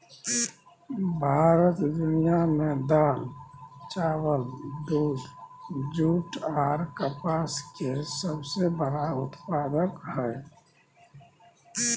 भारत दुनिया में दाल, चावल, दूध, जूट आर कपास के सबसे बड़ा उत्पादक हय